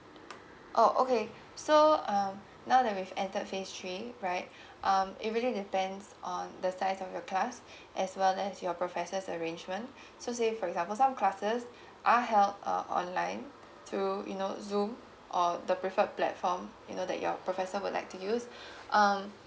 oh okay so um now that we've entered phase three right um it really depends on the size of your class as well as your professors arrangement so say for example some classes are held uh online through you know zoom or the preferred platform you know that your professor would like to use um